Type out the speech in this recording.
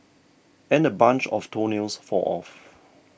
and a bunch of toenails fall off